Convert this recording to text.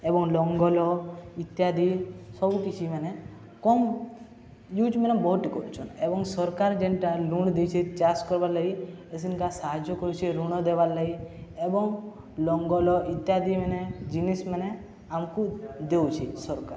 ଏବଂ ଲଙ୍ଗଲ ଇତ୍ୟାଦି ସବୁକିଛି ମାନେ କମ୍ ୟୁଜ୍ ମାନେ ବହୁଟ କରୁଛନ୍ ଏବଂ ସରକାର ଯେନ୍ଟା ଋଣ ଦେଇଛ ଚାଷ କର୍ବାର୍ ଲାଗି ଏସନକା ସାହାଯ୍ୟ କରୁଛେ ଋଣ ଦେବାର୍ ଲାଗି ଏବଂ ଲଙ୍ଗଲ ଇତ୍ୟାଦି ମାନେ ଜିନିଷ୍ ମାନେ ଆମକୁ ଦେଉଛି ସରକାର